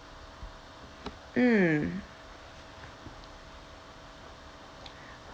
mm